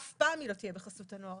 אף פעם היא לא תהיה בחסות הנוער.